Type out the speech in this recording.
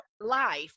life